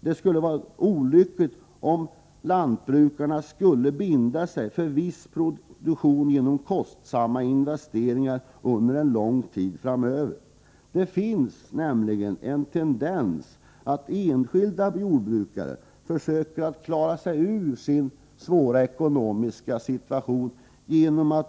Det skulle vara olyckligt om lantbrukarna genom kostsamma investeringar skulle bindas för en viss produktion under en lång tid framöver. Det finns en tendens att enskilda jordbrukare försöker klara sin svåra situation med